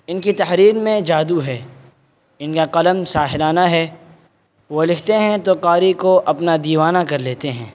ان کی تحریر میں جادو ہے ان کا قلم ساحرانہ ہے وہ لکھتے ہیں تو قاری کو اپنا دیوانہ کر لیتے ہیں